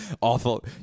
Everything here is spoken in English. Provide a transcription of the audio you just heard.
awful